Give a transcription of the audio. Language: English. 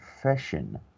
profession